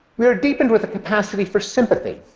we are deepened with the capacity for sympathy,